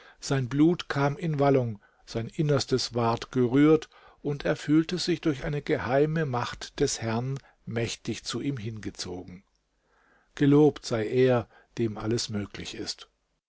sein blut kam in wallung sein innerstes ward gerührt und er fühlte sich durch eine geheime macht des herrn mächtig zu ihm hingezogen gelobt sei er dem alles möglich ist